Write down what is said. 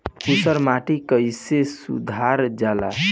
ऊसर माटी कईसे सुधार जाला?